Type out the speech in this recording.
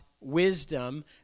Wisdom